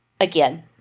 again